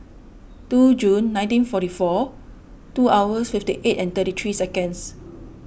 two June nineteen forty four two hours fifty eight and thirty three seconds